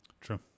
True